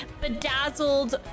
bedazzled